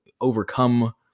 overcome